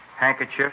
Handkerchief